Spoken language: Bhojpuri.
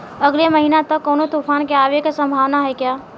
अगले महीना तक कौनो तूफान के आवे के संभावाना है क्या?